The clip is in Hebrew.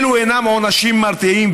אלו אינם עונשים מרתיעים,